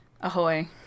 Ahoy